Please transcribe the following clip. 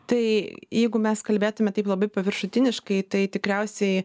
tai jeigu mes kalbėtume taip labai paviršutiniškai tai tikriausiai